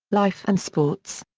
life and sports.